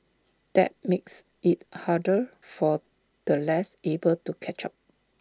that makes IT harder for the less able to catch up